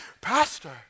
Pastor